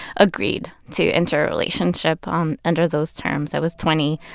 agreed to enter a relationship um under those terms. i was twenty.